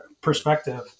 perspective